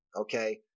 okay